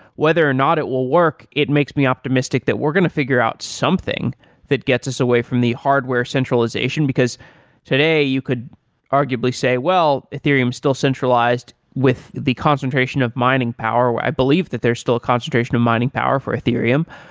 whether or not it will work, it makes me optimistic that we're going to figure out something that gets us away from the hardware centralization, because today you could arguably say, well, ethereum is still centralized with the concentration of mining power, or i believe that there's still a concentration of mining power for ethereum.